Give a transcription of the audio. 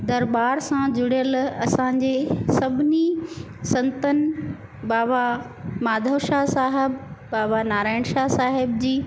दरबार सां जुड़ियलु असांजे सभिनी संतनि बाबा माधव शाह साहिबु बाबा नारायण शाह साहिब जी